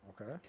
okay